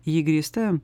ji grįsta